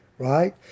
Right